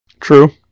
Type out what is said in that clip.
True